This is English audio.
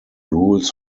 rules